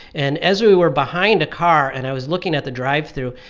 and as we were behind a car and i was looking at the drive-through,